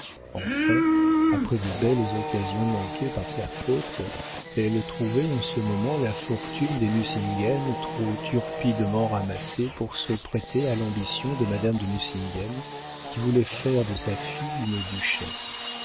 enfin après de belles occasions manquées par sa faute elle trouvait en ce moment la fortune des nucingen trop turpidement ramassée pour se prêter à l'ambition de madame de nucingen qui voulait faire de sa fille une duchesse